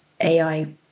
AI